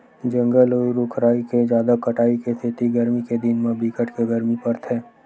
जंगल अउ रूख राई के जादा कटाई के सेती गरमी के दिन म बिकट के गरमी परथे